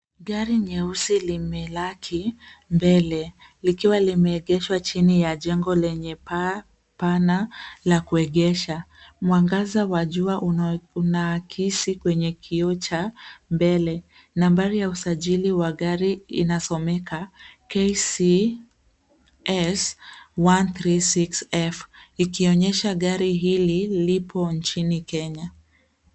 Gari nyeusi limelaki mbele, likiwa limeegeshwa chini ya jengo lenye paa pana la kuegesha. Mwangaza wa jua unaakisi kwenye kioo cha mbele. Nambari ya usajili wa gari inasomeka KCS 136F, ikionyesha gari hili, lipo nchini Kenya.